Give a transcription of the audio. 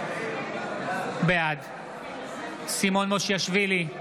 בעד סימון מושיאשוילי,